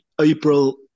April